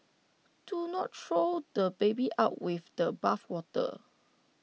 do not throw the baby out with the bathwater